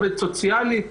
עובדת סוציאלית,